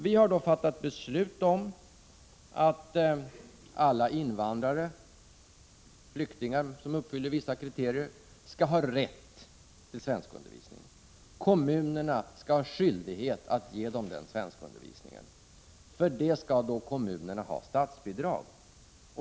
Vi har fattat beslut om att alla invandrare, flyktingar som uppfyller vissa kriterier skall ha rätt till svenskundervisning. Kommunerna skall ha skyldighet att ge dem den svenskundervisningen. För det skall kommunerna ha statsbidrag.